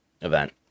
event